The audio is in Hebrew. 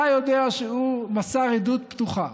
אתה יודע שהוא מסר עדות פתוחה,